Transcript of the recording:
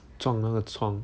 撞那个窗